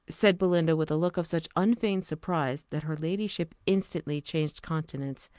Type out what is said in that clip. said belinda, with a look of such unfeigned surprise, that her ladyship instantly changed countenance,